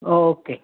okay